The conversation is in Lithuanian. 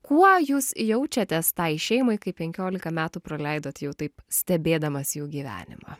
kuo jūs jaučiatės tai šeimai kaip penkiolika metų praleidot jau taip stebėdamas jų gyvenimą